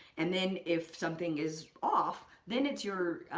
and then, if something is off, then it's your,